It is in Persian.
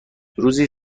روزی